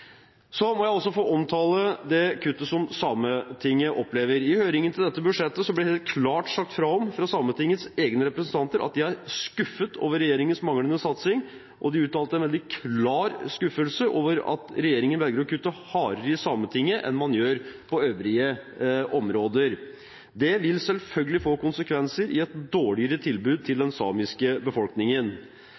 Så må jeg også få omtale det kuttet som Sametinget opplever. I høringen til dette budsjettet ble det sagt klart fra om fra Sametingets egne representanter at de er skuffet over regjeringens manglende satsing, og de uttrykte en veldig klar skuffelse over at regjeringen velger å kutte hardere i Sametinget enn man gjør på øvrige områder. Det vil selvfølgelig få konsekvenser i et dårligere tilbud til den samiske befolkningen.